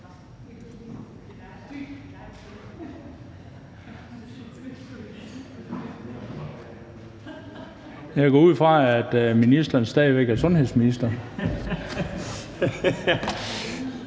Jeg går ud fra, at ministeren stadig væk er sundhedsminister.